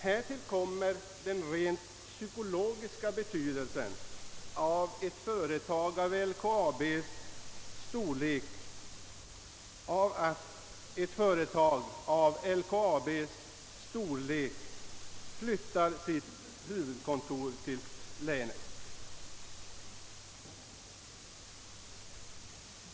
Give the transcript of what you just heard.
Härtill kommer den rent psykologiska betydelsen av att ett företag av LKAB:s storlek flyttar sitt huvudkontor till länet.